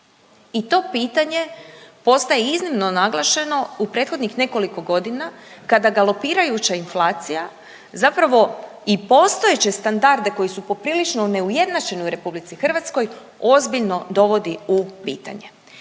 I to pitanje postaje iznimno naglašeno u prethodnih nekoliko godina kada galopirajuća inflacija zapravo i postojeće standarde koji su poprilično neujednačeni u RH ozbiljno dovodi u pitanje.